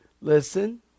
Listen